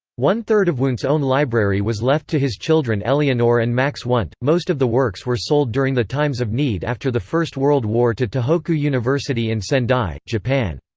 one-third of wundt's own library was left to his children eleonore and max wundt most of the works were sold during the times of need after the first world war to tohoku university in sendai, japan.